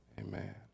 Amen